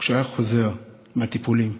כשהוא היה חוזר מהטיפולים,